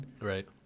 Right